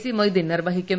C Moideen നിർവ്വഹിക്കും